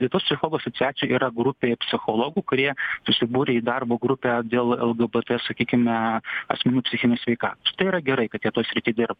lietuvos psichologų asociacijoj yra grupė psichologų kurie susibūrė į darbo grupę dėl lgbt sakykime asmenų psichinės sveikatos tai yra gerai kad ie toj srity dirba